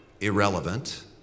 irrelevant